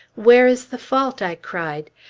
where is the fault, i cried.